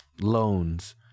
loans